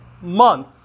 month